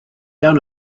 iawn